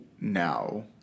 now